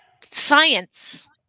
science